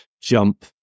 jump